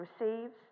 receives